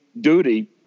duty